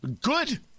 good